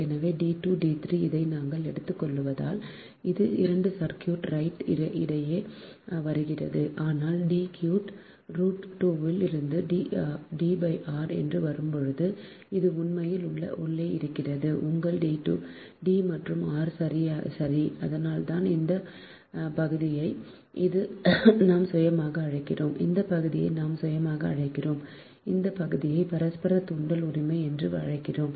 எனவே D 2 D 3 இதை நாங்கள் எடுத்துக்கொள்வதால் இது 2 சர்க்யூட் ரைட் இடையே வருகிறது ஆனால் D க்யூப் ரூட் 2 ல் இருந்து D r என்று வரும் போது அது உண்மையில் உள்ளே வருகிறது உங்கள் D மற்றும் r சரி அதனால்தான் இந்த பகுதியை நாம் சுயமாக அழைக்கிறோம் இந்த பகுதியை நாம் சுயமாக அழைக்கிறோம் இந்த பகுதியை பரஸ்பர தூண்டல் உரிமை என்று அழைக்கிறோம்